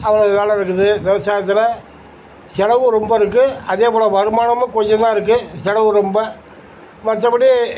அவ்வளவு வேலை இருக்குது விவசாயத்துல செலவு ரொம்ப இருக்குது அதே போல் வருமானமும் கொஞ்சம் தான் இருக்குது செலவு ரொம்ப மற்ற படி